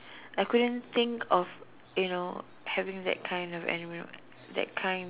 I couldn't think of you know having that kind of animal that kind